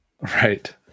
Right